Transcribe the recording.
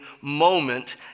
moment